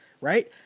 right